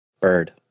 Bird